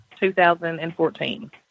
2014